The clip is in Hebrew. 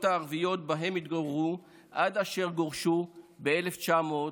הערביות שבהן התגוררו עד אשר גורשו ב-1951.